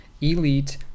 Elite